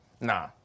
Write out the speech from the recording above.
Nah